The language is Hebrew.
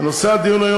זה נושא הדיון,